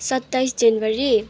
सत्ताइस जनवरी